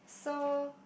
so